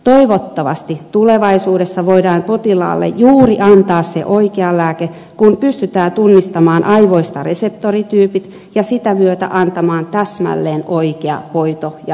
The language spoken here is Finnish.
toivottavasti tulevaisuudessa voidaan potilaalle antaa juuri se oikea lääke kun pystytään tunnistamaan aivoista reseptorityypit ja sitä myötä antamaan täsmälleen oikea hoito ja lääkitys